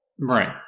Right